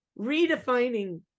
redefining